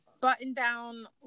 button-down